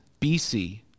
BC